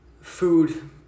food